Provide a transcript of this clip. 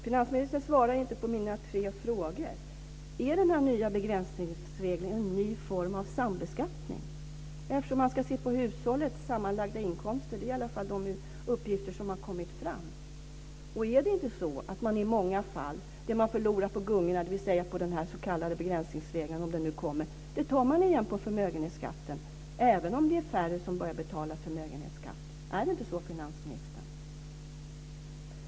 Finansministern svarar inte på mina tre frågor. Är den nya begränsningsregeln en ny form av sambeskattning? Den uppgift som har kommit fram är att man ska se på hushållets sammanlagda inkomster. Är det inte så, finansministern, att det som man i många fall förlorar på gungorna, dvs. på den s.k. begränsningsregeln, om den nu går igenom, tar man igen på förmögenhetsskatten, även om det blir färre som betalar förmögenhetsskatt?